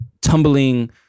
tumbling